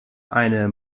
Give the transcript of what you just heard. eine